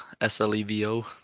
s-l-e-v-o